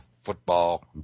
football